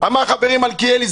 אמר חברי מלכיאלי,